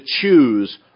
choose